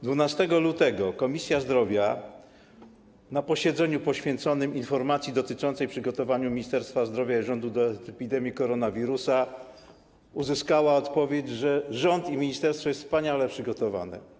12 lutego Komisja Zdrowia na posiedzeniu poświęconym informacji dotyczącej przygotowania Ministerstwa Zdrowia i rządu do epidemii koronawirusa uzyskała odpowiedź, że rząd i ministerstwo są wspaniale przygotowane.